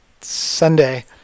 Sunday